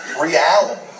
reality